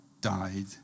died